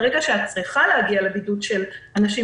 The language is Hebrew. ברגע שאת צריכה להגיע לבידוד של אנשים